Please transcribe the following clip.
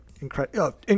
incredible